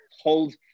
hold